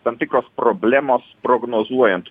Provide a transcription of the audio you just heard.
tam tikros problemos prognozuojant